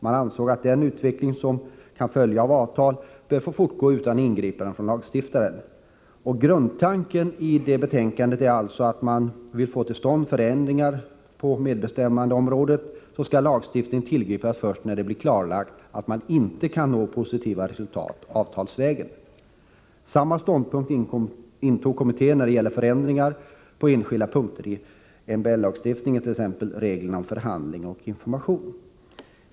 Man ansåg att den utveckling som kan följa på avtal bör få fortgå utan ingripande från lagstiftaren. Grundtanken i det betänkandet är alltså att om man vill få till stånd förändringar på medbestämmandeområdet så skall lagstiftning tillgripas först när det blir klarlagt att man inte kan nå positiva resultat avtalsvägen. Samma ståndpunkt intog kommittén när det gäller förändringar på enskilda punkter i MBL lagstiftningen, t.ex. regler om förhandling och information.